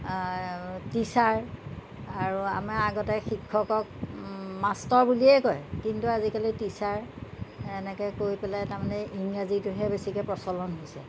teacher আৰু আমাৰ আগতে শিক্ষকক মাষ্টৰ বুলিয়েই কয় কিন্তু আজিকালি টিচাৰ এনেকৈ কৈ পেলাই তাৰমানে ইংৰাজীটোহে বেছিকৈ প্ৰচলন হৈছে